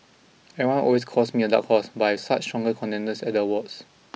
everyone always calls me a dark horse but I've such stronger contenders at the awards